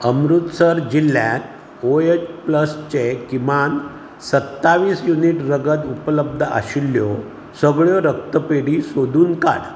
अमृतसर जिल्ल्यात ओएच प्लसचें किमान सत्तावीस युनीट रगत उपलब्द आशिल्ल्यो सगळ्यो रक्तपेडी सोदून काड